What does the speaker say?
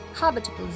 Habitable